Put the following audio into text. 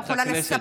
חברת הכנסת,